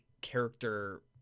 character